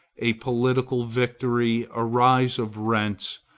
a political victory, a rise of rents,